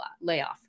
layoff